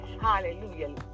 Hallelujah